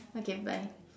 okay bye